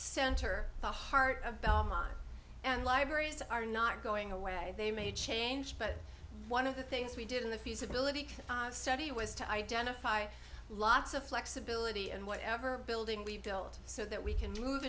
center the heart of dhamma and libraries are not going away they may change but one of the things we did in the feasibility study was to identify lots of flexibility and whatever building we've built so that we can move